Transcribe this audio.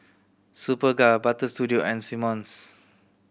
Superga Butter Studio and Simmons